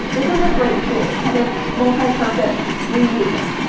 this is a great tool kind of mufti-purpose, reuse it.